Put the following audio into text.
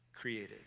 created